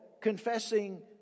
confessing